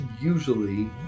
usually